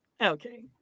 Okay